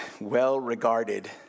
well-regarded